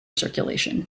circulation